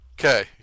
Okay